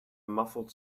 muffled